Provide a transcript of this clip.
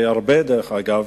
הרבה, דרך אגב,